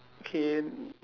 K